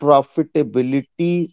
Profitability